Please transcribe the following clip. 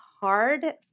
hard